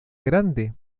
grande